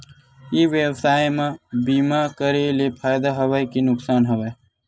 ई व्यवसाय म बीमा करे ले फ़ायदा हवय के नुकसान हवय?